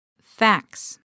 Facts